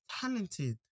talented